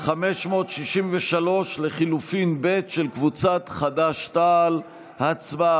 563 לחלופין ב של קבוצת חד"ש-תע"ל